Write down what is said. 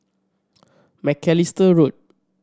Macalister Road